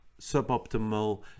suboptimal